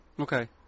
Okay